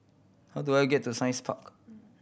how do I get to Science Park